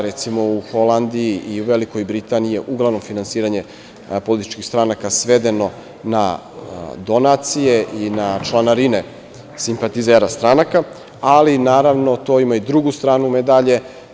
Recimo, u Holandiji i Velikoj Britaniji je uglavnom finansiranje političkih stranaka svedeno na donacije i na članarine simpatizera stranaka, ali naravno to ima i drugu stranu medalje.